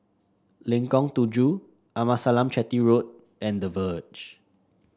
Lengkong Tujuh Amasalam Chetty Road and The Verge